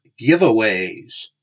giveaways